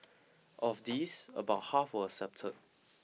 of these about half were accepted